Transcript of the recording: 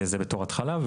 זה בתור התחלה.